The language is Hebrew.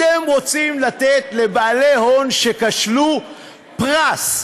אתם רוצים לתת לבעלי הון שכשלו פרס.